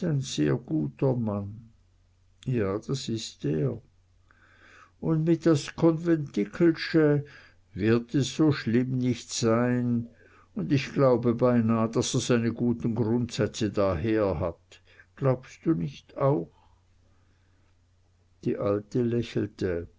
ein sehr guter mann ja das ist er und mit das konventikelsche wird es so schlimm nicht sein und ich glaube beinah daß er seine guten grundsätze da herhat glaubst du nicht auch die alte lächelte